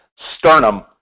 sternum